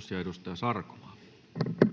[Speech